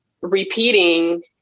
repeating